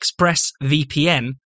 ExpressVPN